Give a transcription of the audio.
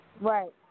Right